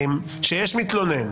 שיש מתלונן,